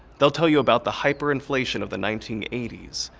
they'll tell you about the hyperinflation of the nineteen eighty s.